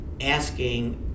asking